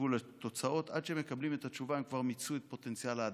חיכו לתוצאות ועד שהם קיבלו את התשובות הם כבר מיצו את פוטנציאל ההדבקה.